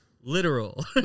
literal